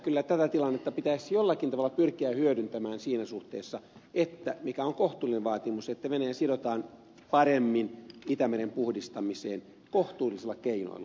kyllä tätä tilannetta pitäisi jollakin tavalla pyrkiä hyödyntämään siinä suhteessa mikä on kohtuullinen vaatimus että venäjä sidotaan paremmin itämeren puhdistamiseen kohtuullisilla keinoilla